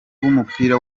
w’umupira